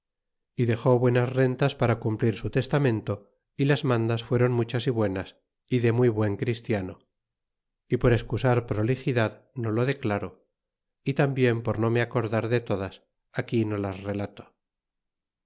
y dexó buenas rentas para cumplir su testamento y las mandas fuéron muchas y buenas y de muy buen christiano y por ex wi cusar prolixidad no lo declaro tambiem por no me acordar de todas aquí no ias relato